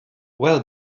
well